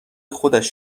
خودش